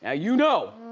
ah you know,